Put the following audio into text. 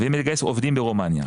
והיא מגייסת עובדים ברומניה.